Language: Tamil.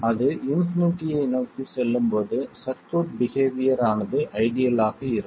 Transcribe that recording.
அது இன்பினிட்டியை நோக்கிச் செல்லும் போது சர்க்யூட் பிகேவியர் ஆனது ஐடியல் ஆக இருக்கும்